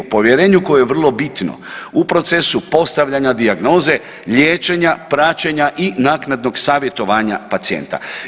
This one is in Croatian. Povjerenju koje je vrlo bitno u procesu postavljanja dijagnoze, liječenja, praćenja i naknadnog savjetovanja pacijenta.